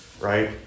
right